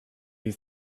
you